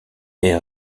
est